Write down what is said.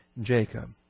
Jacob